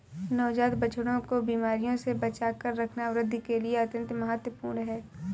नवजात बछड़ों को बीमारियों से बचाकर रखना वृद्धि के लिए अत्यंत महत्वपूर्ण है